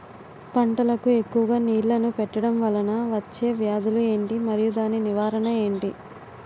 పంటలకు ఎక్కువుగా నీళ్లను పెట్టడం వలన వచ్చే వ్యాధులు ఏంటి? మరియు దాని నివారణ ఏంటి?